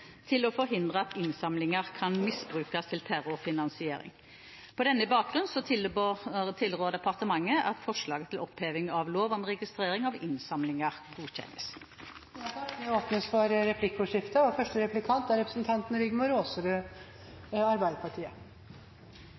til å forhindre at innsamlinger kan misbrukes til terrorfinansiering. På denne bakgrunn tilrår departementet at forslaget til oppheving av lov om registrering av innsamlinger godkjennes. Det blir replikkordskifte. Jeg har et spørsmål til statsråden om terrorfinansiering og de klare rådene som både PST og Økokrim har kommet med: Er